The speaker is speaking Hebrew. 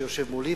שיושב מולי,